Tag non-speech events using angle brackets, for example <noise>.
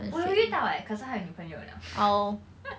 我有遇到 eh 可是他有女朋友 liao <laughs>